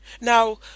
Now